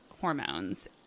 hormones